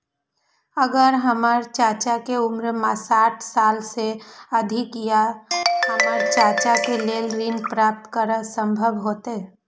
अगर हमर चाचा के उम्र साठ साल से अधिक या ते हमर चाचा के लेल ऋण प्राप्त करब संभव होएत?